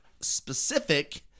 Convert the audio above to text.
specific